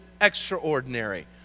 extraordinary